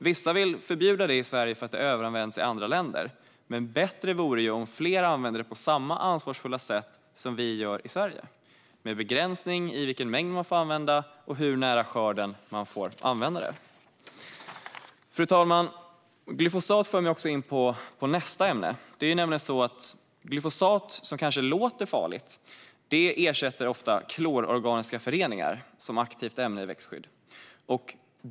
Vissa vill förbjuda det i Sverige för att det överanvänds i andra länder. Men bättre vore ju om fler använde det på samma ansvarsfulla sätt som vi gör i Sverige, med begränsning när det gäller vilken mängd man får använda och hur nära skörden man får använda det. Fru talman! Glyfosat för mig också in på nästa ämne. Det är nämligen så att glyfosat, som kanske låter farligt, ofta ersätter klororganiska föreningar som aktivt ämne i växtskydd.